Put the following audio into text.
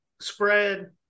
spread